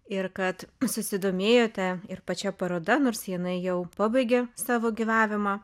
ir kad susidomėjote ir pačia paroda nors jinai jau pabaigė savo gyvavimą